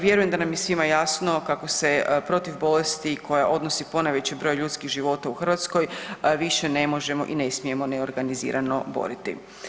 Vjerujem da nam je svima jasno kako se protiv bolesti koja odnosi ponajveći broj ljudskih života u Hrvatskoj više ne možemo i ne smijemo neorganizirano boriti.